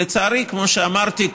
לצערי, כמו שאמרתי,